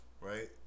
right